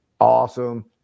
Awesome